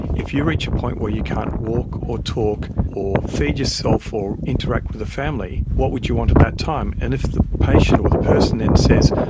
if you reach a point where you can't walk or talk or feed yourself or interact with your family, what would you want at that time? and if the patient or the person then says,